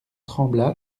trembla